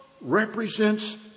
represents